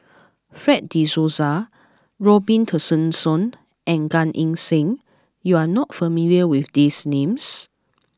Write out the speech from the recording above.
Fred De Souza Robin Tessensohn and Gan Eng Seng you are not familiar with these names